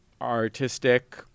artistic